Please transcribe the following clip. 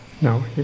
No